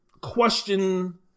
question